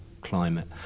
climate